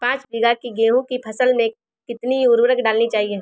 पाँच बीघा की गेहूँ की फसल में कितनी उर्वरक डालनी चाहिए?